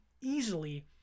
easily